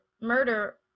murder